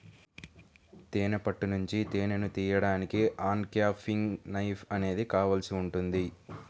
తేనె పట్టు నుంచి తేనెను తీయడానికి అన్క్యాపింగ్ నైఫ్ అనేది కావాల్సి ఉంటుంది